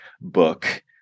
book